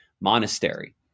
Monastery